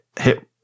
hit